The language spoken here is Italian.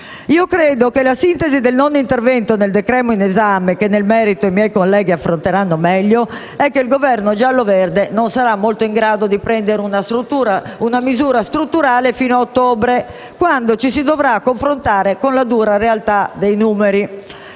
Io credo che la sintesi del non intervento del decreto-legge in esame, che nel merito i miei colleghi affronteranno meglio, è che il Governo giallo-verde non sarà in grado di prendere una misura strutturale fino a ottobre, quando ci si dovrà confrontare con la dura realtà dei numeri.